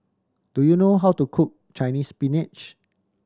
do you know how to cook Chinese Spinach